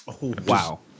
Wow